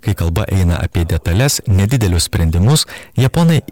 kai kalba eina apie detales nedidelius sprendimus japonai